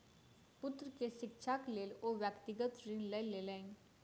पुत्र के शिक्षाक लेल ओ व्यक्तिगत ऋण लय लेलैन